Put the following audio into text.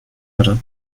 hatte